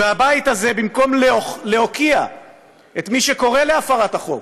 והבית הזה, במקום להוקיע את מי שקורא להפרת החוק